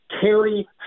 carry